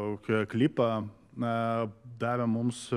klipą na davė mums